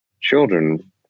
children